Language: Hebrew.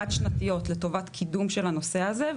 חד שנתיות לטובת קידום של הנושא הזה,